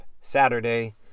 Saturday